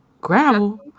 gravel